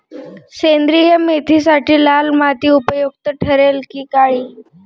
सेंद्रिय मेथीसाठी लाल माती उपयुक्त ठरेल कि काळी?